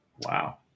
Wow